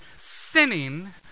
sinning